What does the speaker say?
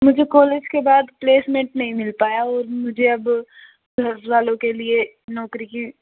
मुझे कॉलेज के बाद प्लेसमेंट नहीं मिल पाया और मुझे अब घर वालों के लिए नौकरी की